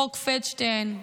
חוק פלדשטיין,